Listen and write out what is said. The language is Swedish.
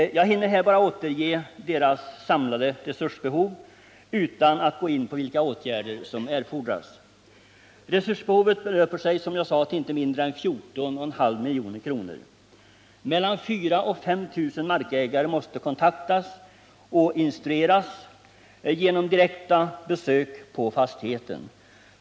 Jag hinner här bara återge deras resursbehov utan att gå in på vilka åtgärder som erfordras. Resursbehovet belöper sig till inte mindre än 14,5 milj.kr. Mellan 4 000 och 5000 markägare måste kontaktas och instrueras genom direkta besök på fastigheten.